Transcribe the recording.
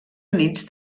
units